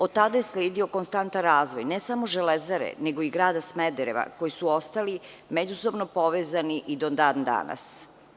Od tada je sledio konstantan razvoj ne samo Železare, nego i grada Smedereva, koji su ostali međusobno povezani i do dan danas.